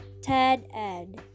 TED-Ed